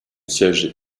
siège